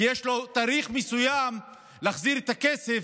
כי יש לו תאריך מסוים להחזיר את הכסף